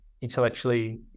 intellectually